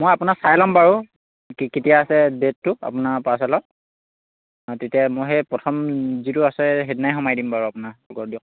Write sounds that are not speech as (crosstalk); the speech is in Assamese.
মই আপোনাক চাই ল'ম বাৰু কে কেতিয়া আছে ডেটটো আপোনাৰ পাৰ্চেলত তেতিয়াই মই সেই প্ৰথম যিটো আছে সেইদিনাই সোমাই দিম বাৰু আপোনাৰ (unintelligible) দিয়ক